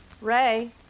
Ray